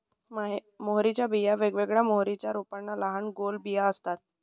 मोहरीच्या बिया वेगवेगळ्या मोहरीच्या रोपांच्या लहान गोल बिया असतात